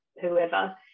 whoever